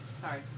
Sorry